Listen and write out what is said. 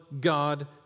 God